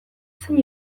zein